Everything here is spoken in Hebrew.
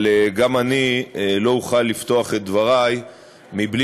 אבל גם אני לא אוכל לפתוח את דברי בלי